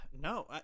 No